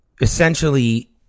essentially